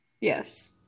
Yes